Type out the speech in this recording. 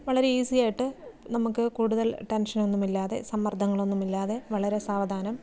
വളരെ ഈസി ആയിട്ട് നമുക്ക് കൂടുതൽ ടെൻഷനൊന്നും ഇല്ലാതെ സമ്മർദങ്ങളൊന്നും ഇല്ലാതെ വളരെ സാവധാനം